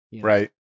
Right